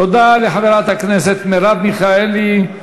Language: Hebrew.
תודה לחברת הכנסת מרב מיכאלי.